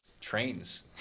Trains